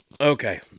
Okay